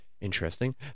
interesting